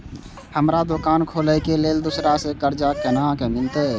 हमरा दुकान खोले के लेल दूसरा से कर्जा केना मिलते?